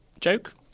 Joke